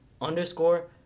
underscore